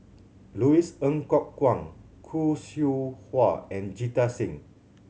Louis Ng Kok Kwang Khoo Seow Hwa and Jita Singh